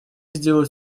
сделать